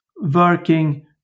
working